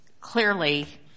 clearly